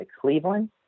Cleveland